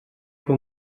que